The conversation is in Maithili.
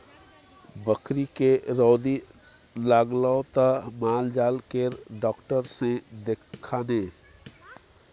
बकरीके रौदी लागलौ त माल जाल केर डाक्टर सँ देखा ने